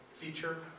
feature